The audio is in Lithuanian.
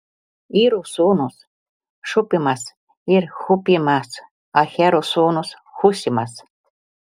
iro sūnūs šupimas ir hupimas ahero sūnus hušimas